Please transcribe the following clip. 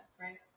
Right